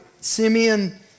Simeon